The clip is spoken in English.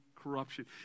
corruption